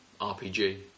RPG